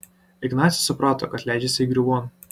ignacius suprato kad leidžiasi įgriuvon